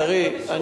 בן-ארי,